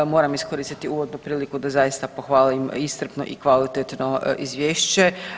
Moram iskoristiti uvodnu priliku da zaista pohvalim iscrpno i kvalitetno izvješće.